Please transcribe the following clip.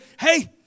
Hey